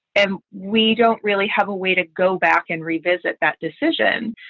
and we don't really have a way to go back and revisit that decision.